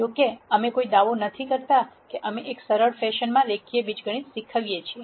જો કે અમે કોઈ દાવો કરતા નથી કે અમે એક સરળ ફેશનમાં રેખીય બીજગણિત શીખવીએ છીએ